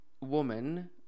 woman